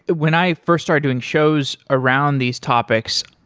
but when i first started doing shows around these topics,